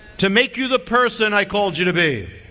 to make you the person i called you to be.